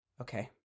Okay